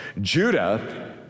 judah